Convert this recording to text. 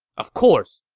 of course.